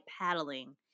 paddling